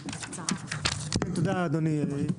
תודה, אדוני.